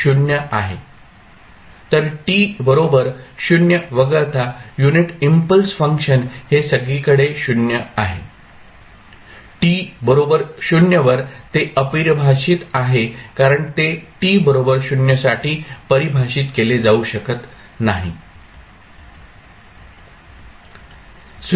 तर t बरोबर 0 वगळता युनिट इम्पल्स फंक्शन हे सगळीकडे 0 आहे t बरोबर 0 वर ते अपरिभाषित आहे कारण ते t बरोबर 0 साठी परिभाषित केले जाऊ शकत नाही